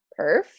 Perf